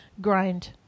grind